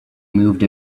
moved